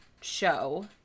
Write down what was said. show